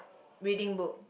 reading book